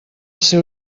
seu